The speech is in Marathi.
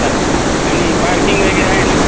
चालेल चाले आणि पार्किंग वगैरे आहे ना